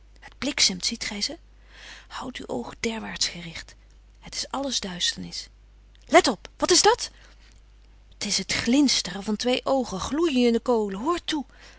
ziet gij ze houd uw oog derwaarts gericht het is alles duisternis let op wat is dat t is het glinsteren van twee oogen gloeiende kolen hoor toe